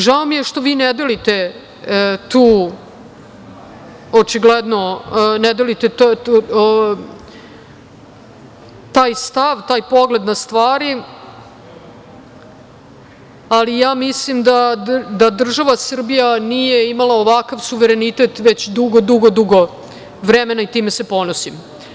Žao mi je što vi ne delite očigledno taj stav, taj pogled na stvari, ali ja mislim da država Srbija nije imala ovakav suverenitet, već dugo, dugo, dugo vremena i time se ponosim.